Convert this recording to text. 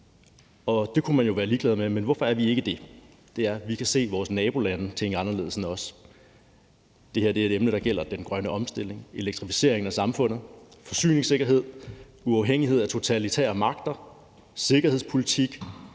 Det kunne man jo være ligeglad med, men hvorfor er vi ikke det? Det er, fordi vi kan se vores nabolande tænke anderledes end os. Det her er et emne, der gælder den grønne omstilling, elektrificeringen af samfundet, forsyningssikkerhed, uafhængighed af totalitære magter, sikkerhedspolitik